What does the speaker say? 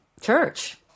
church